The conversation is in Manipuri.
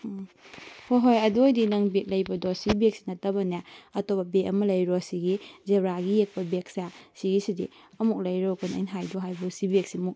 ꯎꯝ ꯍꯣꯏ ꯍꯣꯏ ꯑꯗꯨ ꯑꯣꯏꯔꯗꯤ ꯅꯪ ꯕꯦꯒ ꯂꯩꯕꯗꯣ ꯁꯤ ꯕꯦꯒꯁꯤ ꯅꯠꯇꯕꯅꯦ ꯑꯇꯣꯞꯄ ꯕꯦꯒ ꯑꯃ ꯂꯩꯔꯣ ꯁꯤꯒꯤ ꯖꯦꯕ꯭ꯔꯥꯒꯤ ꯌꯦꯛꯄ ꯕꯦꯒꯁꯦ ꯁꯤꯒꯤꯁꯤꯗꯤ ꯑꯃꯨꯛ ꯂꯩꯔꯨꯒꯅꯨ ꯑꯩꯅ ꯍꯥꯏꯌꯣ ꯍꯥꯏꯕꯨ ꯁꯤ ꯕꯦꯒꯁꯤꯃꯨꯛ